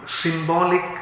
symbolic